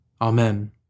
Amen